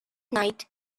night